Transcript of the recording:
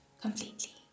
completely